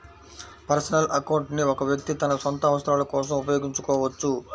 personal account ని ఒక వ్యక్తి తన సొంత అవసరాల కోసం ఉపయోగించుకోవచ్చు